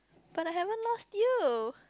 but I haven't lost you